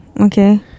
Okay